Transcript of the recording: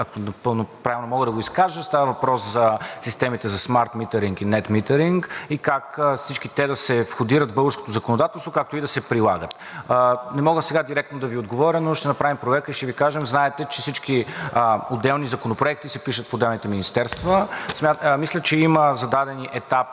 и ако правилно мога да го изкажа, става въпрос за системите за smart metering и net metering и как всички те да се входират в българското законодателство, както и да се прилагат. Не мога сега директно да Ви отговоря, но ще направим проверка и ще Ви кажем. Знаете, че всички отделни законопроекти се пишат в отделните министерства. Мисля, че има зададени етапи